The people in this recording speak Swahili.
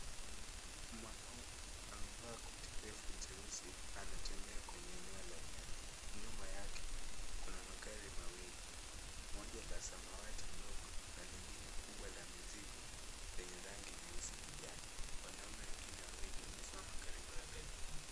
Mwanaume amevaa koti refu jeusi anatembea kwenye eneo la nyasi. Nyuma yake kuna magari mawili, moja la samawati dogo na lingine kubwa la mizigo lenye rangi nyeusi kijani. Wanaume wengine wawili wamesimama karibu na gari kubwa.